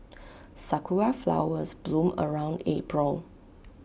Sakura Flowers bloom around April